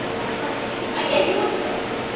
i'm sorry, casey, i can't deal with this right now.